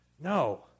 No